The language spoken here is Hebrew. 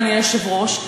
אדוני היושב-ראש,